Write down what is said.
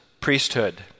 priesthood